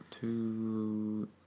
two